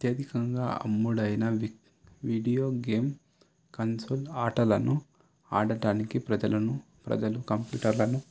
అత్యధికంగా అమ్ముడైన video game console ఆటలను ఆడటానికి ప్రజలను ప్రజలు కంప్యూటర్లను